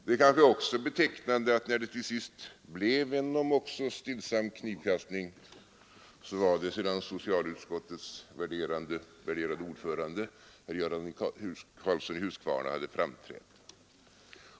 Det är kanske också betecknande att när det till sist blev en om också stillsam knivkastning var det sedan socialutskottets värderade ordförande, herr Göran Karlsson i Huskvarna, hade framträtt.